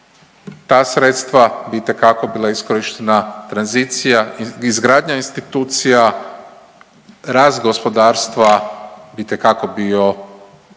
ta sredstva bi itekako bila iskorištena tranzicija i izgradnja institucija, rast gospodarstva bi itekako bio